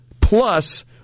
plus